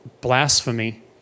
blasphemy